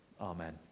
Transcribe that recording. Amen